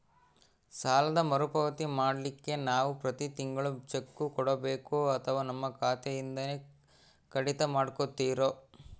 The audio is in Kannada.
ಸಾಲದ ಮರುಪಾವತಿ ಮಾಡ್ಲಿಕ್ಕೆ ನಾವು ಪ್ರತಿ ತಿಂಗಳು ಚೆಕ್ಕು ಕೊಡಬೇಕೋ ಅಥವಾ ನಮ್ಮ ಖಾತೆಯಿಂದನೆ ಕಡಿತ ಮಾಡ್ಕೊತಿರೋ?